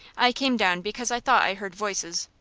i came down because i thought i heard voices.